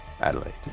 Adelaide